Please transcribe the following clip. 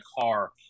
car